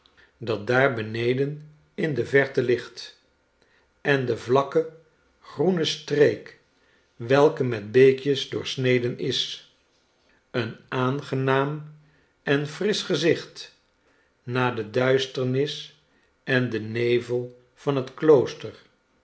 dat daar beneden in de verte ligt en de vlakke groene streek welke met beekjes doorsneden is een aangenaam en frisch gezicht na de duisternis en den nevel van het klooster